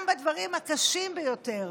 גם בדברים הקשים ביותר,